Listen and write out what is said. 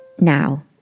Now